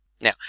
Now